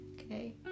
Okay